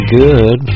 good